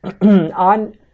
on